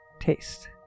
taste